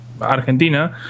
Argentina